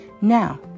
Now